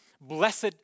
blessed